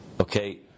Okay